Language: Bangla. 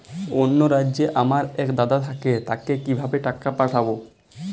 অন্য রাজ্যে আমার এক দাদা থাকে তাকে কিভাবে টাকা পাঠাবো?